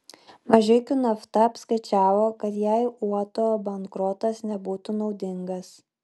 mažeikių nafta apskaičiavo kad jai uoto bankrotas nebūtų naudingas